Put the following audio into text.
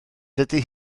dydy